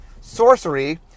sorcery